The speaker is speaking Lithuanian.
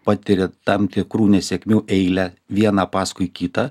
patiria tam tikrų nesėkmių eilę vieną paskui kitą